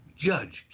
Judge